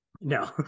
no